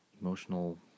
emotional